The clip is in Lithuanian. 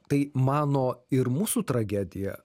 tai mano ir mūsų tragedija